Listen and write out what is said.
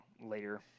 later